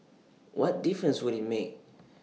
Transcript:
what difference would IT make